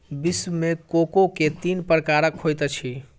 विश्व मे कोको के तीन प्रकार होइत अछि